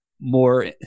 more